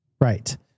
Right